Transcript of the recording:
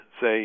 say